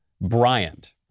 Bryant